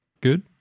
Good